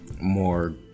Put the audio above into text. More